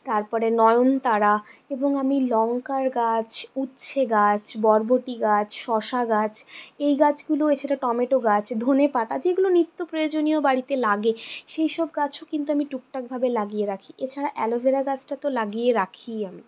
তারপরে নয়নতারা এবং আমি লংকার গাছ উচ্ছে গাছ বরবটি গাছ শশা গাছ এই গাছগুলো এছাড়া টমেটো গাছ ধনেপাতা যেগুলো নিত্যপ্রয়োজনীয় বাড়িতে লাগে সেইসব গাছও কিন্তু আমি টুকটাকভাবে লাগিয়ে রাখি এছাড়া অ্যালোভেরা গাছটা তো লাগিয়ে রাখিই আমি